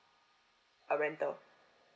err rental